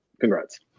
congrats